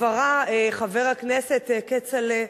הבהרה, חבר הכנסת כצל'ה: